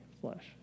flesh